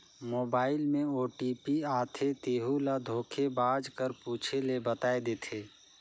mobile में OTP आथे तेहू ल धोखेबाज कर पूछे ले बताए देथे